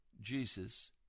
Jesus